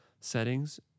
Settings